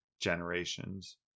generations